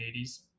1980s